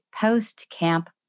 post-camp